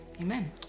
Amen